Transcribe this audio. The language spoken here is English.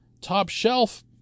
top-shelf